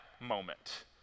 moment